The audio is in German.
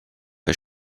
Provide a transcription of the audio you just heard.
bei